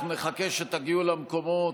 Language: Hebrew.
אנחנו נחכה שתגיעו למקומות.